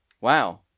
Wow